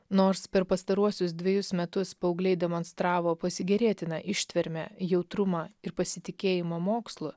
nors per pastaruosius dvejus metus paaugliai demonstravo pasigėrėtiną ištvermę jautrumą ir pasitikėjimą mokslu